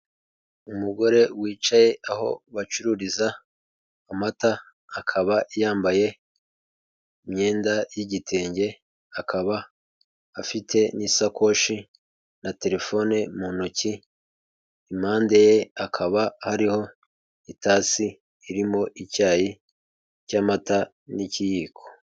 Umugore wicaye aho bacururiza amata, akaba yambaye imyenda y'igitenge, akaba afite n'isakoshi na terefone mu ntoki, impande ye hakaba hari itasi irimo icyayi cy'amata n'ikiyiko.